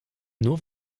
nur